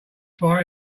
fire